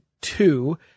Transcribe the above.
two